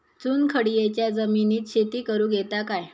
चुनखडीयेच्या जमिनीत शेती करुक येता काय?